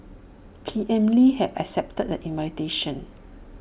P M lee has accepted the invitation